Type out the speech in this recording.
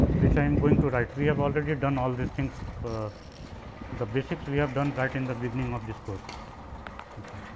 which i am going to write. we have already done all this things the basics we have done write in the begging of this course ok.